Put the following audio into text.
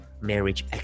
marriage